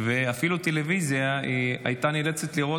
ואפילו טלוויזיה היא הייתה נאלצת לראות